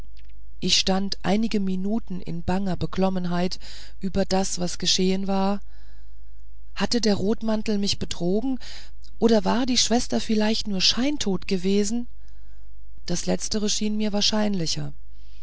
ich stand einige minuten in banger beklommenheit über das was geschehen war hatte der rotmantel mich betrogen oder war die schwester vielleicht nur scheintot gewesen das letztere schien mir wahrscheinlicher